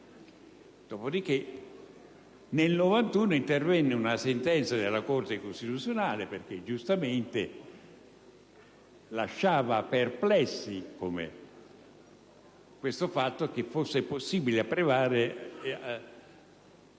Dopodiché, nel 1991, intervenne una sentenza della Corte costituzionale perché giustamente lasciava perplessi che ciò fosse possibile, e